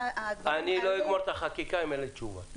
אני לא אגמור את החקיקה אם לא יהיו לי תשובות.